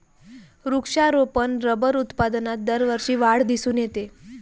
वृक्षारोपण रबर उत्पादनात दरवर्षी वाढ दिसून येते